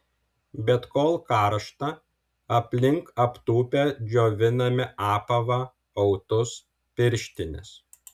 bet kol karšta aplink aptūpę džioviname apavą autus pirštines